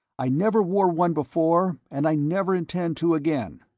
i never wore one before and i never intend to again.